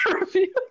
review